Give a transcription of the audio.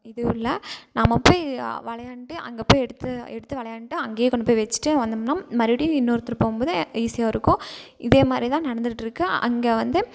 இதுவும் இல்லை நாம் போய் விளையாண்ட்டு அங்கே போய் எடுத்து எடுத்து விளையாண்ட்டு அங்கேயே கொண்டு போய் வெச்சுட்டு வந்தோம்னா மறுபடி இன்னொருத்தர் போகும்போது ஈஸியாக இருக்கும் இதே மாதிரி தான் நடந்துட்டுருக்கு அங்கே வந்து